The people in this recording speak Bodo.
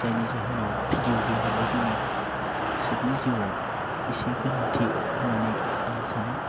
जायनि जाहोनाव भिडिअ गेमाबो जोंनि सुबुं जिउआव एसे गोनांथि होन्नानै आं सानो